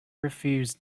refused